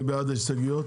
מי בעד ההסתייגויות?